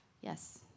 yes